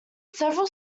several